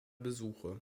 besuche